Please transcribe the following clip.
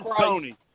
Tony